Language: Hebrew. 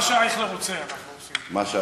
מה שאייכלר רוצה,